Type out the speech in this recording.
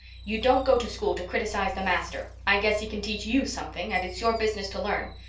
you don't go to school to criticize the master. i guess he can teach you something, and it's your business to learn.